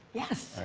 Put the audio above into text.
yes.